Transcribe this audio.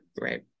right